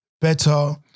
better